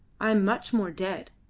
i am much more dead.